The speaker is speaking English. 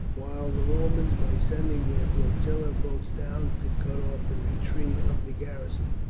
while the romans, by sending their flotilla of boats down, could cut off the retreat of the garrison.